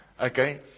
Okay